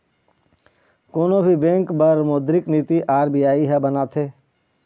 कोनो भी बेंक बर मोद्रिक नीति आर.बी.आई ह बनाथे